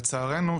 לצערנו,